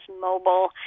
mobile